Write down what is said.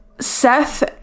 Seth